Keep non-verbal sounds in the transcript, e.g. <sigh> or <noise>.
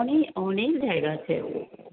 অনেক অনেক জায়গা আছে <unintelligible>